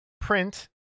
print